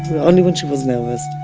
when and when she was nervous.